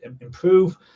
improve